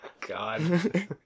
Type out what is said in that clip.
God